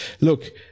look